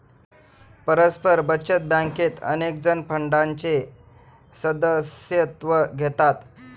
परस्पर बचत बँकेत अनेकजण फंडाचे सदस्यत्व घेतात